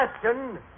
question